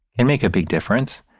it makes a big difference.